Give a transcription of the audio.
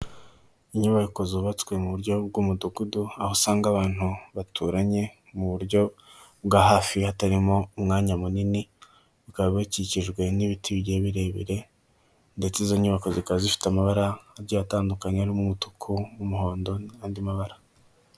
Inyubako zubatswe mu buryo bw'umudugudu, aho usanga bantu baturanye mu buryo bwa hafi hatarimo mwanya munini, bakaba bakikijwe n'ibiti bigiye birebire, ndetse izo nyubako zikaba zifite amabara agiye atandukanye harimo umutuku, umuhondo, n'andi mabara.